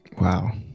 wow